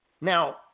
Now